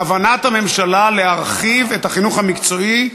כוונת הממשלה להרחיב את החינוך המקצועי,